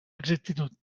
exactitud